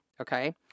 Okay